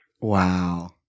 Wow